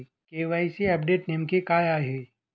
KYC update नेमके काय आहे?